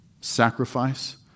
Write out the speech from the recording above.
Sacrifice